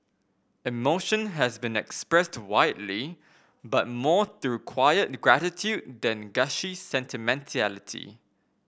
emotion has been expressed widely but more through quiet gratitude than gushy sentimentality